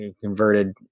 converted